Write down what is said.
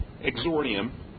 Exordium